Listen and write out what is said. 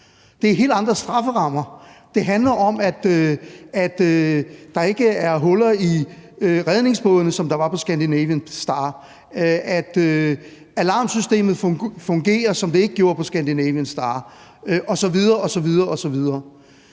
Det er helt andre strafferammer. Det handler om, at der ikke er huller i redningsbåde, som der var på »Scandinavian Star«, at alarmsystemet fungerer, hvilket det ikke gjorde på »Scandinavian Star« osv. osv. Men et